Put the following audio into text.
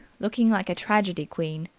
looking like a tragedy queen.